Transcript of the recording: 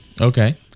okay